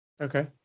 Okay